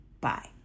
Bye